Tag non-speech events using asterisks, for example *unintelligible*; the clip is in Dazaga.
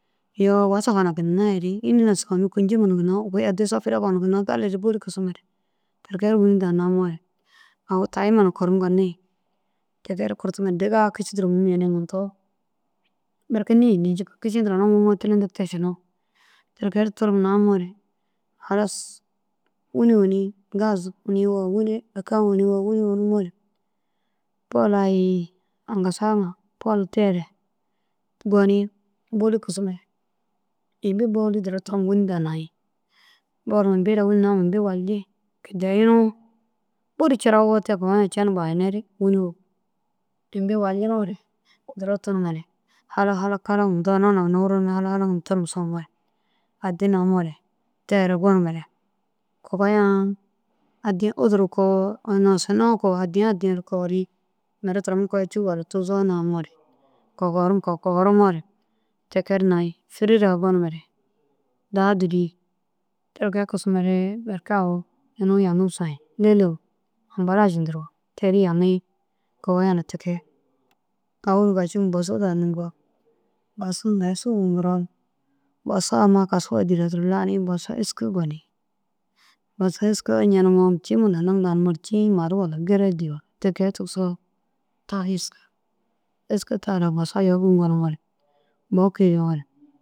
Iyoo wasaga huna ginna heri înni na somi kûŋjima na ginna kôi addi sopure ko na ginna galir bôli kisimoore tekee ru wîni daha namoore awu tayima na korum gali. Ti kee ru kurtumare digaa kiši duro mûum yenii berke nîne jika kiši duro ina mûmoo tilendig te šinoo ti kee ru tirim namoore halas wûni fûni gaz fûnigoo wîni akau wûnigoo wîni fûnumoore tol ayi faŋgasa ŋa tolu tere gonii bôli kisimoore imbi bôli duro tom wîni daha nayi. Ôwolu imbi ra wîni nam imbi walji kidayinoo buru cirawoo te kumayi cenu bahineru wîni uwug imbi waljinoore duro tunumare hala halak halaŋim indoo ina huna *unintelligible* halaŋim tirim somoore addi namoore tere gonumare kogoya addi udur koo osone u koo addi ŋa ru kogori mire turonu koya cûu walla tuzoo ru namoore kogorum kogorumoore. Ti kee ru nayi fêrira gonumare daha dûri ti kee kisimare berke awu inu jaŋum soyi nînoo ambalašu ru teru jaŋim soyi kogoya na ti kee. Awu ini daha gacima bosu daha nûŋgaa bosu mire sûgu ŋgiroo bosa amma kasuga dîra duro lanii bosa êska gonii iña nimoo cîma lanum lani ciĩ maru walla gire dî walla ti kee tigisoo ta êska êska tara bosa yobum gonumoore bo kiriyoore.